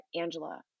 Angela